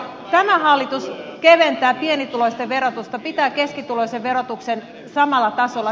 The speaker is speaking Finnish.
tämä hallitus keventää pienituloisten verotusta pitää keskituloisten verotuksen samalla tasolla